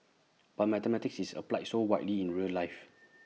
but mathematics is applied so widely in real life